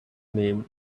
name